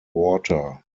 water